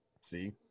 see